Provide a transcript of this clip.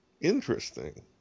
interesting